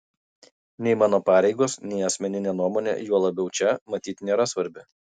nei mano pareigos nei asmeninė nuomonė juo labiau čia matyt nėra svarbi